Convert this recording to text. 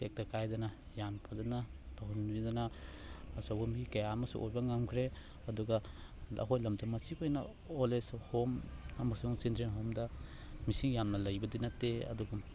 ꯇꯦꯛꯇ ꯀꯥꯏꯗꯅ ꯌꯥꯝ ꯐꯖꯅ ꯇꯧꯍꯟꯕꯤꯗꯨꯅ ꯑꯆꯧꯕ ꯃꯤ ꯀꯌꯥ ꯑꯃꯁꯨ ꯑꯣꯏꯕ ꯉꯝꯈ꯭ꯔꯦ ꯑꯗꯨꯒ ꯑꯩꯈꯣꯏ ꯂꯝꯗꯝ ꯑꯁꯤꯒꯤ ꯑꯣꯏꯅ ꯑꯣꯜ ꯑꯦꯖ ꯍꯣꯝ ꯑꯃꯁꯨꯡ ꯆꯤꯜꯗ꯭ꯔꯦꯟ ꯍꯣꯝꯗ ꯃꯤꯁꯤꯡ ꯌꯥꯝꯅ ꯂꯩꯕꯗꯤ ꯅꯠꯇꯦ ꯑꯗꯨꯒꯨꯝ